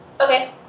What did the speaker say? Okay